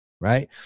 Right